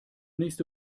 nächste